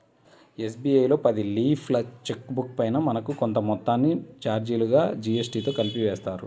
SBI లో పది లీఫ్ల చెక్ బుక్ పైన మనకు కొంత మొత్తాన్ని చార్జీలుగా జీఎస్టీతో కలిపి వేస్తారు